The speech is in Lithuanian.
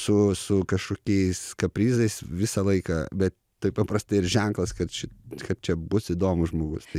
su su kažkokiais kaprizais visą laiką bet tai paprastai ir ženklas kad ši kad čia bus įdomus žmogus tai